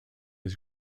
his